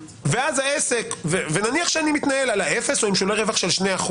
ונניח שאני מתנהל על האפס או עם שולי רווח של 2%,